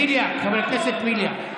בליאק, חבר הכנסת בליאק.